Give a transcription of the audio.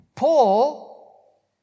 Paul